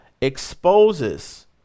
exposes